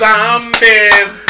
Zombies